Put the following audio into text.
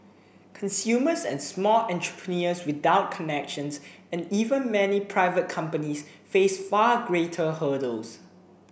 consumers and small entrepreneurs without connections and even many private companies face far greater hurdles